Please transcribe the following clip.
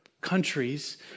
countries